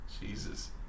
Jesus